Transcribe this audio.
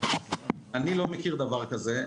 אני לא מכיר דבר כזה.